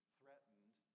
threatened